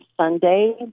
Sunday